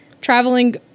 traveling